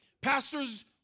pastors